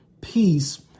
peace